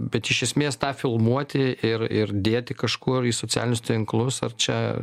bet iš esmės tą filmuoti ir ir dėti kažkur į socialinius tinklus ar čia